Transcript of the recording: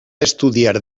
estudiar